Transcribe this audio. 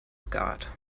skat